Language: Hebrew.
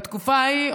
בתקופה ההיא,